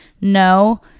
no